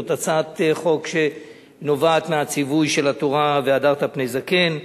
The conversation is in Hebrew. זו הצעת חוק שנובעת מהציווי של התורה "והדרת פני זקן"